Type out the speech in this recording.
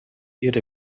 ihre